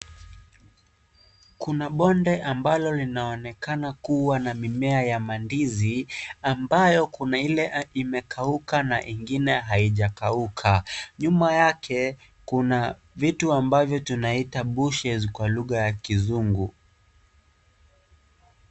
Kuna bonde ambalo linaonekana kuwa na mimea ya mandizi, ambayo kuna ile imekauka na ingine haijakauka. Nyuma yake, kuna vitu ambavyo tunaita bushes kwa lugha ya kizungu.